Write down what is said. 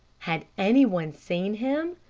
had any one seen him?